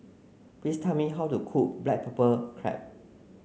please tell me how to cook Black Pepper Crab